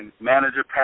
manager